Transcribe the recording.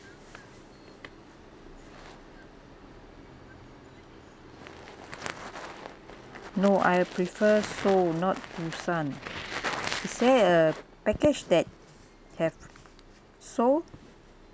no I would prefer seoul not busan is there a package that have seoul